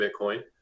Bitcoin